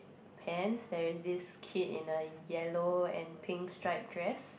pants there is this kid in the yellow and pink striped dress